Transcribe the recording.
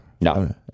No